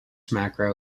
macro